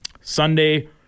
sunday